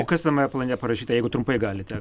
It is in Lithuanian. o kas tame plane parašyta jeigu trumpai galite